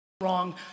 wrong